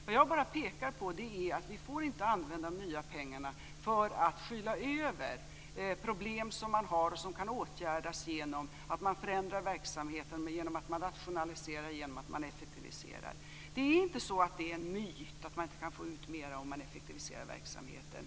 Men det jag pekar på är att vi inte får använda de nya pengarna för att skyla över problem som kan åtgärdas genom att man förändrar verksamheten genom rationaliseringar och effektiviseringar. Det är ingen myt att man kan få ut mer om man effektiviserar verksamheten.